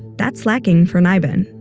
that's lacking for nibin.